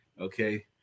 okay